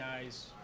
guys